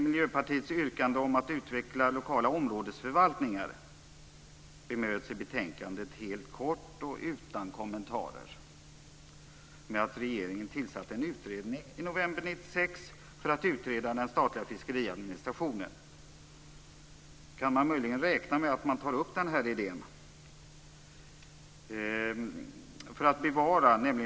Miljöpartiets yrkande om att utveckla lokala områdesförvaltningar bemöts i betänkandet helt kortfattat och utan kommentarer med att regeringen tillsatte en utredning i november 1996 för att utreda den statliga fiskeriadministrationen. Kan man möjligen räkna med att denna idé tas upp?